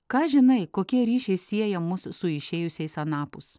ką žinai kokie ryšiai sieja mus su išėjusiais anapus